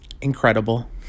Incredible